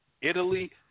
Italy